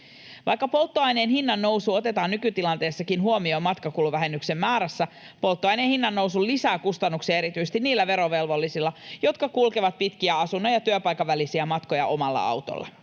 Vaikka polttoaineen hinnannousu otetaan nykytilanteessakin huomioon matkakuluvähennyksen määrässä, polttoaineen hinnannousu lisää kustannuksia erityisesti niillä verovelvollisilla, jotka kulkevat pitkiä asunnon ja työpaikan välisiä matkoja omalla autolla.